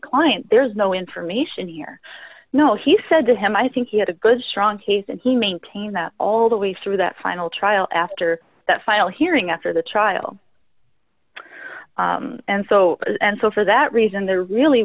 client there's no information here you know he said to him i think he had a good strong case and he maintained that all the way through that final trial after that final hearing after the trial and so and so for that reason there really